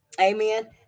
Amen